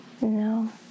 No